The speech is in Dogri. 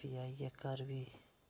फ्ही आइयै घर बी